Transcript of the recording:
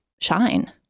shine